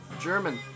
German